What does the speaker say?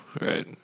Right